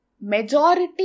Majority